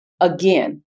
again